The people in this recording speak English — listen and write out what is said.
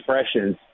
expressions